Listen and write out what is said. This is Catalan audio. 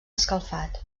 escalfat